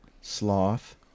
Sloth